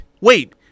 Wait